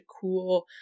cool